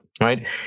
right